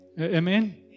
Amen